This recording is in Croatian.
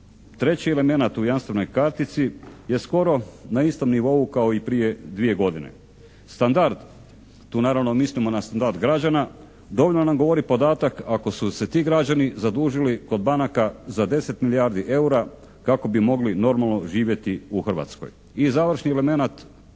treći elemenat u jamstvenoj kartici je skoro na istom nivou kao i prije dvije godine. Standard, tu naravno mislimo na standard građana dovoljno nam govori podatak ako su se ti građani zadužili kod banaka za 10 milijardi eura kako bi mogli normalno živjeti u Hrvatskoj. I završni elemenat